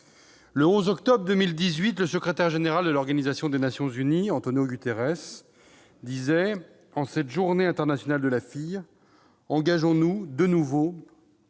le 11 octobre 2018, le secrétaire général de l'Organisation des Nations unies, Antonio Guterres, disait :« En cette Journée internationale de la fille, engageons-nous de nouveau